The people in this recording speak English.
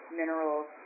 minerals